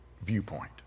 viewpoint